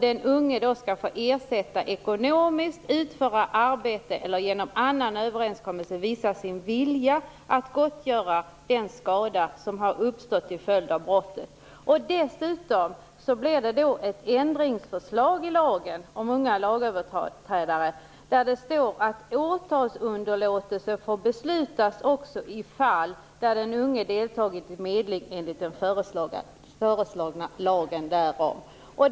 Den unge skall då få ersätta ekonomiskt, utföra arbete eller genom annan överenskommelse visa sin vilja att gottgöra den skada som har uppstått till följd av brottet. Dessutom införs det en ändring i lagen om unga lagöverträdare. Den innebär att åtalsunderlåtelse får beslutas också i fall där den unge deltagit i medling enligt den föreslagna lagen därom.